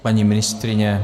Paní ministryně?